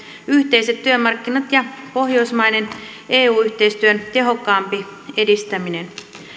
yhteiset työmarkkinat ja pohjoismaiden eu yhteistyön tehokkaampi edistäminen